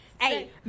Hey